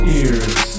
ears